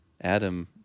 Adam